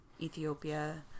Ethiopia